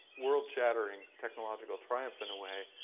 world shattering technological triumph in a way,